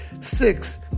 six